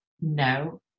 no